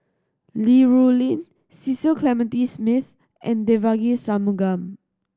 Li Rulin Cecil Clementi Smith and Devagi Sanmugam